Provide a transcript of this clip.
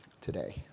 today